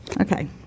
Okay